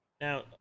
Now